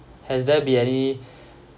has there be any